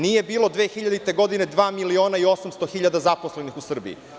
Nije bilo 2000. godine dva miliona i 800 hiljada zaposlenih u Srbiji.